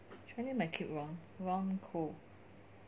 should I name my kid ron ron koh